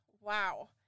Wow